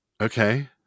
okay